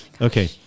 Okay